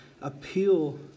appeal